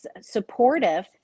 supportive